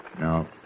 No